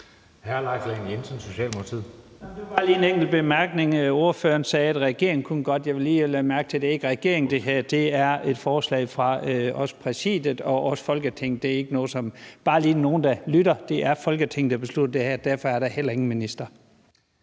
18:40 Leif Lahn Jensen (S): Det var bare lige en enkelt bemærkning: Ordføreren sagde, at regeringen godt kunne det. Jeg vil lige bemærke, at det her ikke er regeringen. Det er et forslag fra Præsidiet og Folketinget. Det er bare lige, hvis der er nogen, der lytter. Det er Folketinget, der beslutter det her, og derfor er der heller ingen minister.